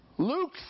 Luke